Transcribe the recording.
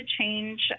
change